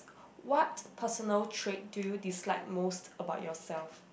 what personal trade do you dislike most about yourself